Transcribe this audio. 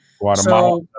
Guatemala